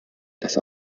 das